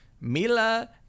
Mila